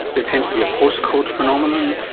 it tends to be a postcode phenomenon,